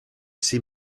see